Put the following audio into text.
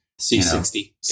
C60